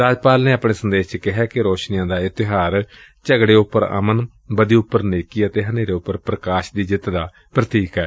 ਰਾਜਪਾਲ ਨੇ ਆਪਣੇ ਸੰਦੇਸ਼ ਚ ਕਿਹੈ ਕਿ ਰੌਸ਼ਨੀਆਂ ਦਾ ਇਹ ਤਿਉਹਾਰ ਝਗੜੇ ਉਪਰ ਅਮਨ ਬਦੀ ਉਪਰ ਨੇਕੀ ਅਤੇ ਹਨੇਰੇ ਉਪਰ ਪ੍ਕਾਸ਼ ਦੀ ਜਿੱਤ ਦਾ ਪ੍ਤੀਕ ਏ